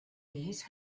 these